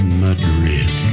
madrid